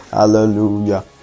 hallelujah